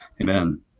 Amen